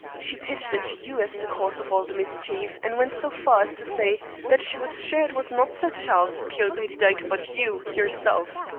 she pitched into you as the cause of all the mischief, and went so far as to say that she was sure it was not sir charles who killed lady dyke, but you yourself.